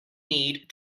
need